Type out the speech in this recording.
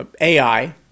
AI